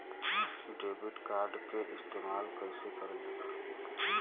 Debit card के इस्तेमाल कइसे करल जाला?